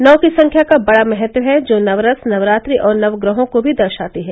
नौ की संख्या का बड़ा महत्व है जो नवरस नवरात्रि और नवग्रहों को भी दर्शाती है